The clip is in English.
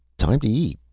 time to eat.